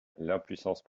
l’impuissance